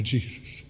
Jesus